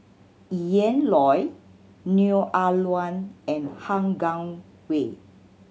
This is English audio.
Ian Loy Neo Ah Luan and Han Guangwei